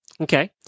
Okay